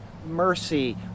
mercy